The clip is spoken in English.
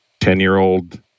ten-year-old